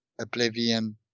Oblivion